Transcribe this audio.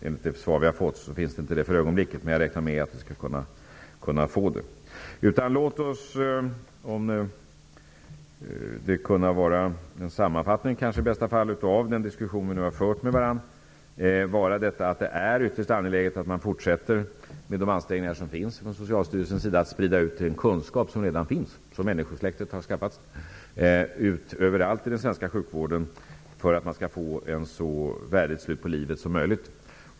Enligt det svar som vi fått finns ingen sådan information för ögonblicket, men jag räknar med att kunna få sådan. Låt oss som sammanfattning av den diskussion som vi nu fört säga att det är ytterst angeläget att fortsätta med de ansträngningar som pågår från Socialstyrelsens sida när det gäller att sprida ut den redan befintliga kunskap som människosläktet förskaffats till den svenska sjukvården, detta för att få ett så värdigt slut på livet som möjligt.